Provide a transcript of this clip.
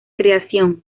creación